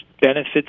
benefits